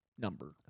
number